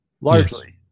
largely